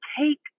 take